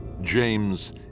james